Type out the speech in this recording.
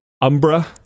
umbra